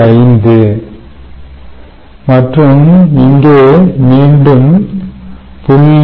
5 மற்றும் இங்கே மீண்டும் 0